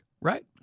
right